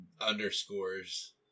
underscores